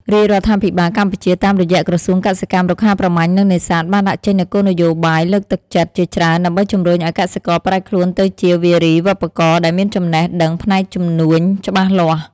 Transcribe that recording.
រាជរដ្ឋាភិបាលកម្ពុជាតាមរយៈក្រសួងកសិកម្ម រុក្ខាប្រមាញ់ និងនេសាទ បានដាក់ចេញនូវគោលនយោបាយលើកទឹកចិត្តជាច្រើន ដើម្បីជំរុញឱ្យកសិករប្រែខ្លួនទៅជាវារីវប្បករដែលមានចំណេះដឹងផ្នែកជំនួញច្បាស់លាស់។